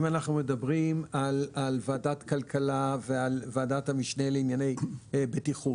אם אנחנו מדברים על ועדת כלכלה ועל ועדת המשנה לענייני בטיחות.